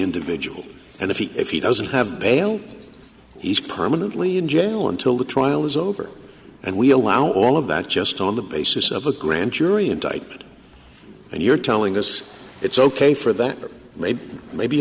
individual and if he if he doesn't have bail he's permanently in jail until the trial is over and we allow all of that just on the basis of a grand jury indictment and you're telling us it's ok for that or maybe